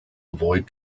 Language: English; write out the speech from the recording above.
avoid